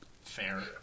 Fair